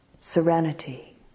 serenity